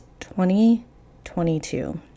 2022